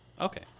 Okay